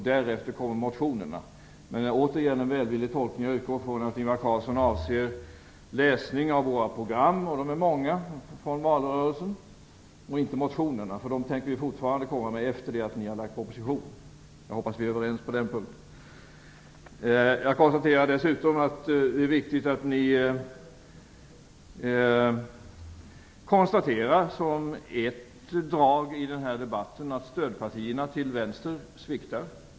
Därefter kommer motionerna. Jag gör återigen en välvillig tolkning av Ingvar Carlsson. Jag utgår från att han avser läsning av våra program - och de är många - från valrörelsen och inte motionerna. Dem tänker vi fortfarande komma med efter det att ni har lagt fram propositionerna. Jag hoppas att vi är överens på den punkten. Det är viktigt att ni i den här debatten konstaterar att stödpartierna till vänster sviktar.